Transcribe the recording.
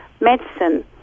medicine